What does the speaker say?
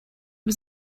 was